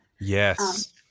Yes